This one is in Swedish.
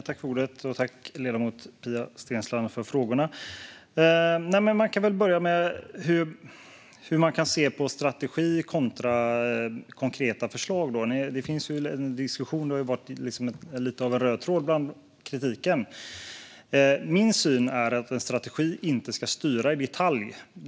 Fru talman! Tack för frågorna, ledamoten Pia Steensland! Jag kan väl börja med hur vi kan se på strategi kontra konkreta förslag; den diskussionen har ju varit lite av en röd tråd i kritiken. Min syn är att en strategi inte ska styra i detalj.